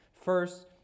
First